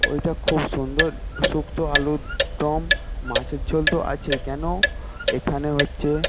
ওইটা খুব সুন্দর শুক্তো আলুরদম মাছের ঝোল তো আছেই কেন এখানে হচ্ছে